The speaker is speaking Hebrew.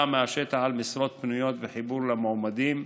מהשטח על משרות פנויות וחיבור למועמדים,